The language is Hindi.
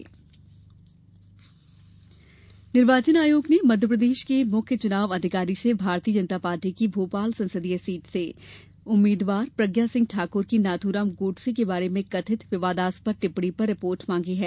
प्रज्ञा चुनाव आयोग निर्वाचन आयोग ने मध्य प्रदेश के मुख्य चुनाव अधिकारी से भारतीय जनता पार्टी की भोपाल संसदीय सीट से उम्मीदवार प्रज्ञा सिंह ठाक्र की नाथूराम गोडसे के बारे में कथित विवादास्पद टिप्पणी पर रिपोर्ट मांगी है